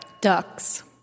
ducks